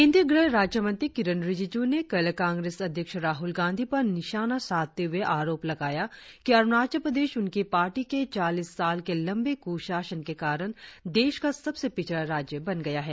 केंद्रीय गृह राज्य मंत्री किरेन रिजिजू ने कल कांग्रेस अध्यक्ष राहुल गांधी पर निशाना साधते हुए आरोप लगाया कि अरुणाचल प्रदेश उनकी पार्टी के चालीस साल के लंबे कुशासन के कारण देश का सबसे पिछड़ा राज्य बन गया है